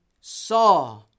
saw